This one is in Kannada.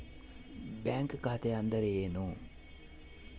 ಬ್ಯಾಂಕ್ ಖಾತೆ ಅಂದರೆ ಏನು?